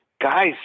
guys